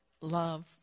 Love